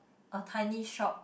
a tiny shop